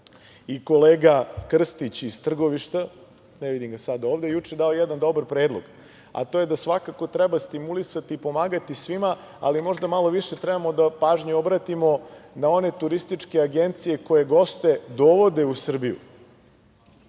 Kolega Krstić iz Trgovišta, ne vidim ga sada ovde, juče je dao jedan dobar predlog, a to je da svakako treba stimulisati i pomagati svima, ali možda malo više treba pažnje da obratimo na one turističke agencije koje goste dovode u Srbiju,